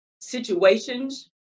situations